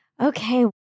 Okay